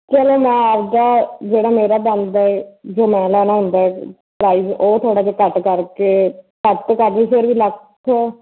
ਚਲੋ ਮੈਂ ਆਪਦਾ ਜਿਹੜਾ ਮੇਰਾ ਬਣਦਾ ਜੋ ਮੈਂ ਲੈਣਾ ਹੁੰਦਾ ਹੈ ਪ੍ਰਾਈਜ ਉਹ ਥੋੜ੍ਹਾ ਜਿਹਾ ਘੱਟ ਕਰਕੇ ਘੱਟ ਤੋਂ ਘੱਟ ਵੀ ਫਿਰ ਵੀ ਲੱਖ